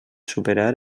superar